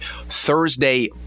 Thursday